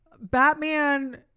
Batman